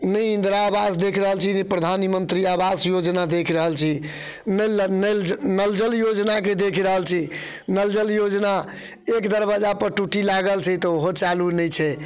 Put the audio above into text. नहि इन्दिरा आवास देख रहल छी नहि प्रधानमन्त्री आवास योजना देख रहल छी नहि नल नल जल योजनाके देख रहल छी नल जल योजना एक दरबज्जापर टोँटी लागल छै तऽ ओहो चालू नहि छै